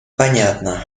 понятно